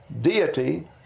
deity